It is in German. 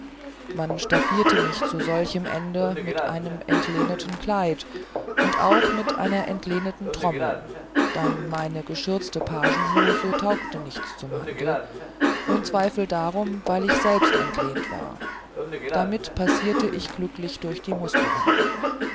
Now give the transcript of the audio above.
man staffierte mich zu solchem ende mit einem entlehnten kleid und auch mit einer entlehnten trommel dann meine geschürzte pagehosen taugten nichts zum handel ohn zweifel darum weil ich selbst entlehnt war damit passierte ich glücklich durch die musterung